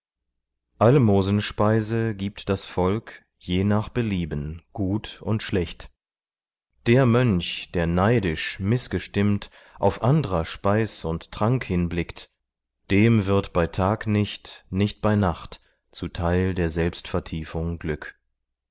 leid almosenspeise gibt das volk je nach belieben gut und schlecht der mönch der neidisch mißgestimmt auf andrer speis und trank hinblickt dem wird bei tag nicht nicht bei nacht zuteil der selbstvertiefung glück